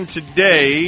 today